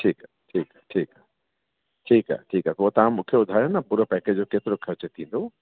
ठीकु आहे ठीकु आहे ठीकु आहे ठीकु आहे ठीकु आहे पोइ तव्हां मूंखे ॿुधायो न पुरो पैकेज हुते घणो ख़र्चु थींदो